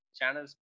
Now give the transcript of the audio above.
channels